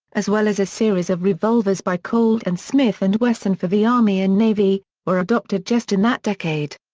as well as a series of revolvers by colt and smith and wesson for the army and navy, were adopted just in that decade.